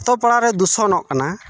ᱟᱛᱳ ᱯᱟᱲᱟ ᱨᱮ ᱫᱩᱥᱚᱱᱚᱜ ᱠᱟᱱᱟ